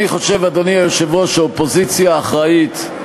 אני חושב, אדוני היושב-ראש, שאופוזיציה אחראית,